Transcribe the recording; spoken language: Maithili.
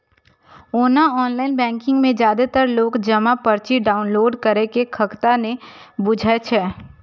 ओना ऑनलाइन बैंकिंग मे जादेतर लोक जमा पर्ची डॉउनलोड करै के खगता नै बुझै छै